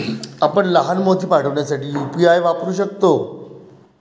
आपण लहान मोती पाठविण्यासाठी यू.पी.आय वापरू शकता